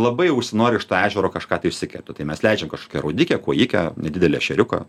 labai užsinori iš to ežero kažką tai išsikepti tai mes leidžiam kažkokią raudikę kuojikę nedidelį ešeriuką